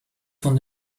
von